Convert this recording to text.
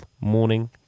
morning